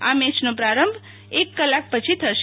આ મેચનો પ્રારંભ એક કલાક પછી થશે